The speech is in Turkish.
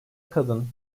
kadın